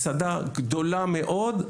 מסעדה גדולה מאוד,